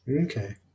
Okay